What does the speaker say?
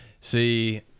See